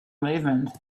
movement